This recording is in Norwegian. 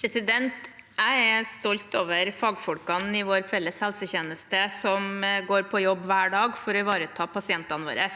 Kjerkol Jeg er stolt over fagfolkene i vår felles helsetjeneste som går på jobb hver dag for å ivareta pasientene våre.